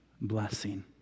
blessing